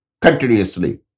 continuously